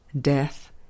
death